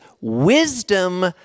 wisdom